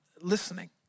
listening